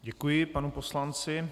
Děkuji panu poslanci.